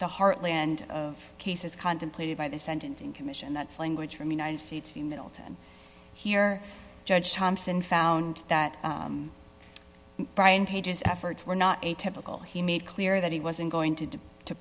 the heartland of cases contemplated by the sentencing commission that's language from united states the middleton here judge thompson found that brian page's efforts were not a typical he made clear that he wasn't going to